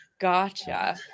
Gotcha